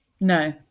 No